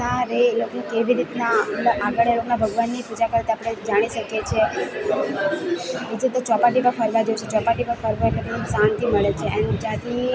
રહે એ લોકોનું કેવી રીતના આગળ એ લોકોના ભગવાનની પૂજા કરે એ આપણે જાણી શકીએ છીએ પછી તો ચોપાટી પર ફરવા જાઉં છું ચોપાટી પર ફરવા એટલે ખૂબ શાંતિ મળે છે એન્ડ જ્યાંથી